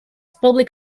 public